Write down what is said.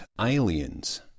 aliens